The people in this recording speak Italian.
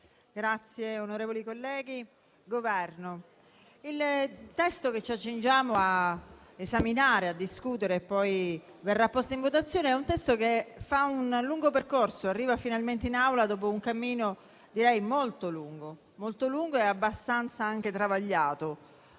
onorevoli colleghi, Governo, il testo che ci accingiamo a esaminare e a discutere, che poi verrà posto in votazione, ha fatto un lungo percorso ed è arrivato finalmente in Aula dopo un cammino direi molto lungo e abbastanza travagliato,